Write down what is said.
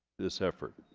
this effort